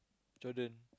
Jordan